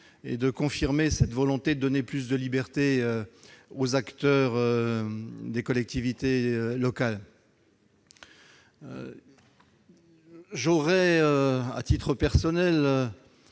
et de confirmer cette volonté de donner plus de liberté aux acteurs des collectivités locales. Vous ne diriez